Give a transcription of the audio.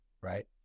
right